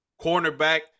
cornerback